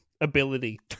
ability